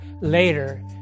later